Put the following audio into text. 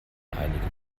einige